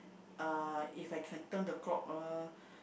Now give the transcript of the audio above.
uh If I can turn the clock uh